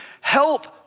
Help